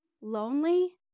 lonely